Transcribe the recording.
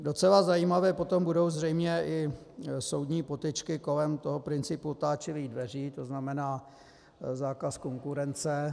Docela zajímavé potom budou zřejmě i soudní potyčky kolem toho principu otáčivých dveří, to znamená zákaz konkurence.